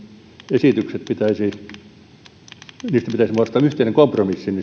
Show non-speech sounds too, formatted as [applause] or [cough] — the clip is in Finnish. esityksistä pitäisi muodostaa yhteinen kompromissi [unintelligible]